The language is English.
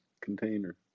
container